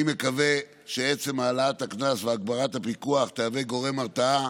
אני מקווה שעצם העלאת הקנס והגברת הפיקוח יהוו גורם הרתעה